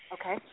Okay